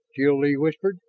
jil-lee whispered.